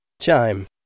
Chime